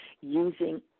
using